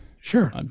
Sure